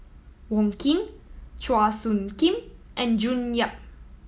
Wong Keen Chua Soo Khim and June Yap